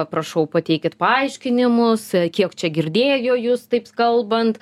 prašau pateikit paaiškinimus kiek čia girdėjo jus taip kalbant